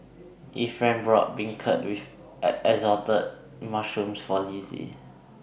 Ephraim bought Beancurd with Assorted Mushrooms For Lizzie